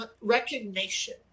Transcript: recognition